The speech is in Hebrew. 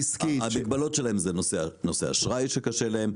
המגבלות שלהם, זה נושא האשראי שמתעסקים בזה.